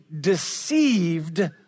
deceived